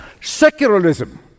Secularism